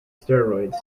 steroids